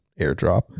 airdrop